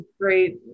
great